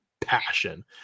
passion